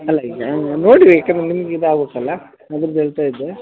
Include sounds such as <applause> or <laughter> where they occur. ಅಲ್ಲ ಈಗ ನೋಡಿರಿ ಏಕೆಂದ್ರೆ ನಿಮ್ಗೆ ಇದಾಗಬೇಕಲ್ಲ <unintelligible> ಹೇಳ್ತಾಯಿದ್ದೆ